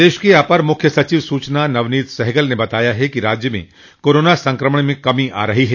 प्रदेश के अपर मुख्य सचिव सूचना नवनीत सहगल ने बताया है कि राज्य में कोरोना संक्रमण में कमी आ रही है